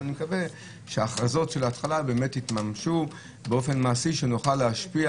ואני מקווה שההכרזות של ההתחלה יתממשו באופן מעשי שנוכל להשפיע